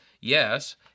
yes